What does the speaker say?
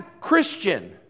Christian